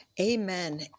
Amen